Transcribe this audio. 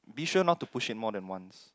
be sure not to push in more than once